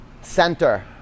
center